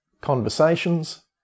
conversations